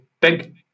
big